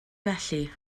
felly